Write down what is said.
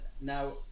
now